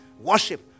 Worship